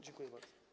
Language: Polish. Dziękuję bardzo.